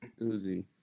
Uzi